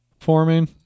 forming